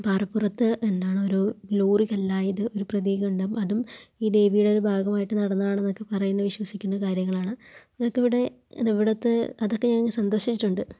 പാറപ്പുറത്ത് എന്താണൊരു ലോറി കല്ലായത് ഒരു പ്രതീകമുണ്ട് അപ്പ ഇതും ഈ ദേവീയുടെ ഒരു ഭാഗമായിട്ട് നടന്നതാണന്നൊക്കെ പറയുന്നു വിശ്വസിക്കുന്ന കാര്യങ്ങളാണ് അതൊക്കെ ഇവിടെ ഇവിടുത്തെ അതൊക്കെ ഞങ്ങൾക്ക് സന്തോഷമായിട്ടുണ്ട്